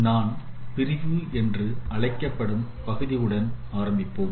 நான் பிரிவு என்று அழைக்கப்படும் பகுதியுடன் ஆரம்பிப்போம்